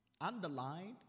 Underlined